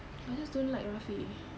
I just don't like rafi